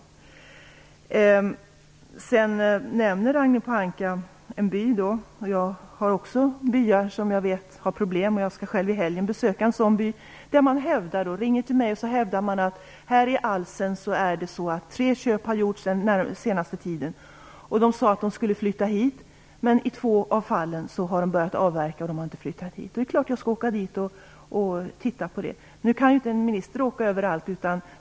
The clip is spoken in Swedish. Ragnhild Pohanka nämnde en by, och jag känner också till byar som har problem. Jag skall själv besöka en sådan by i helgen. Man ringer till mig och hävdar, att t.ex. i Alsen har det gjorts tre köp den senaste tiden, att köparna sagt att de skall flytta till orten och att de i två av fallen har börjat avverka men inte flyttat dit. Det är klart att jag skall åka dit och titta på det, men en minister kan inte åka överallt.